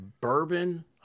bourbon